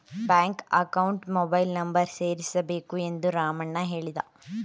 bank ಅಕೌಂಟ್ಗೆ mobile number ಸೇರಿಸಬೇಕು ಎಂದು ರಾಮಣ್ಣ ಹೇಳಿದ